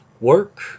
work